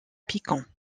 piquant